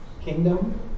kingdom